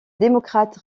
démocrate